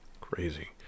crazy